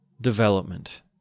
development